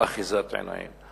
אחיזת עיניים.